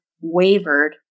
wavered